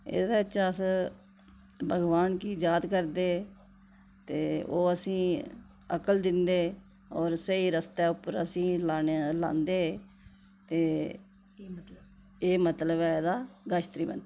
एह्दे च अस भगवान गी याद करदे ते ओह् असेंगी अकल दिंदे होर स्हेई रस्तै उप्पर असेंगी लाने लांदे ते एह् मतलब ऐ एह्दा गायत्री मंत्र दा